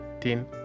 ten